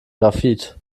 graphit